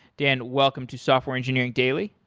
dan, welcome to software engineering daily.